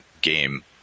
game